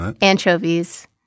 anchovies